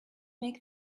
make